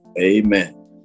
Amen